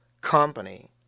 company